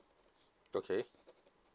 okay